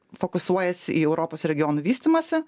fokusuojasi į europos regionų vystymąsi